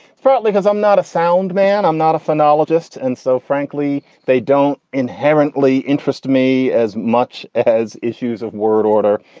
because i'm not a sound man. i'm not a phonology ist. and so, frankly, they don't inherently interest me as much as issues of word, order,